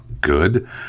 good